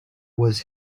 was